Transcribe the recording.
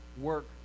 work